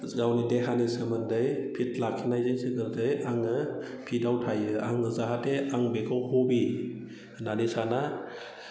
गावनि देहानि सोमोन्दै फिट लाखिनायजों जाते आङो फिटआव थायो आङो जाहाते आं बेखौ हबि होननानै साना